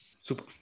Super